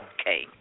Okay